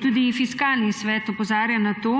Tudi Fiskalni svet opozarja na to.